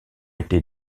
été